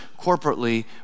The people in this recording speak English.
corporately